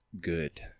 good